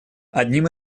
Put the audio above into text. одним